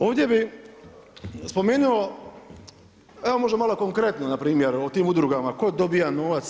Ovdje bih spomenuo evo možda malo konkretno na primjer o tim udrugama tko dobija novac.